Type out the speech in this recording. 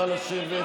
נא לשבת.